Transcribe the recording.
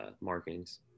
markings